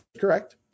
correct